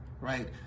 right